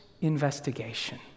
investigation